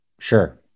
Sure